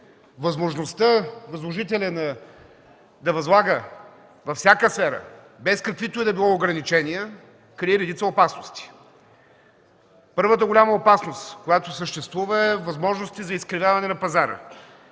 възможността възложителят да възлага във всяка сфера, без каквито и да било ограничения, крие редица опасности. Първата голяма опасност, която съществува, е възможностите за изкривяване на пазара